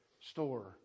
store